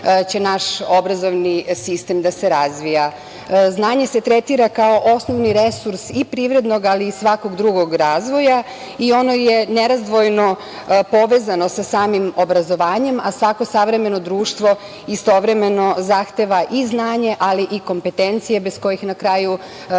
će naš obrazovni sistem da se razvija. Znanje se tretira kao osnovni resurs i privrednog, ali i svakog drugog razvoja i ono je nerazdvojno povezano sa samim obrazovanje, a svako savremeno društvo istovremeno zahteva i znanje, ali i kompetencije bez kojih na kraju ne